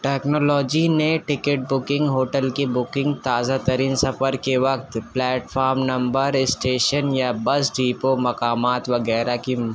technology ticket booking hotel کی booking تازہ ترین سفر کے وقت پلیٹ فام نمبر اسٹیشن یا بس ڈیپو مقامات وغیرہ کی